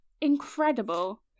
incredible